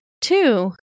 two